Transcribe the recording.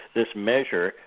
this measure,